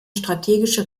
strategische